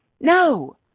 No